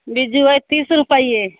बिज्जू अइ तीस रुपैये